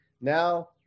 now